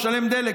לשלם דלק,